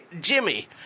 Jimmy